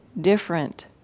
different